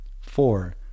four